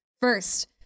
first